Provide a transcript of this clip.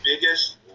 biggest